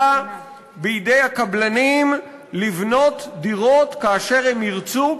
בידי הקבלנים לבנות דירות כאשר הם ירצו,